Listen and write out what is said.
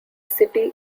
city